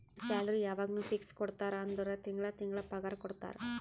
salary ಯವಾಗ್ನೂ fix ಕೊಡ್ತಾರ ಅಂದುರ್ ತಿಂಗಳಾ ತಿಂಗಳಾ ಪಗಾರ ಕೊಡ್ತಾರ